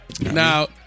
Now